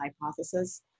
hypothesis